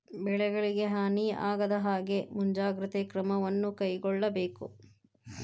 ಬೆಳೆಗಳಿಗೆ ಹಾನಿ ಆಗದಹಾಗೆ ಮುಂಜಾಗ್ರತೆ ಕ್ರಮವನ್ನು ಕೈಗೊಳ್ಳಬೇಕು